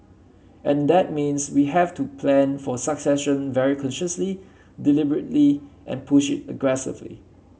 and that means we have to plan for succession very consciously deliberately and push it aggressively